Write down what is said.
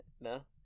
no